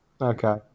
okay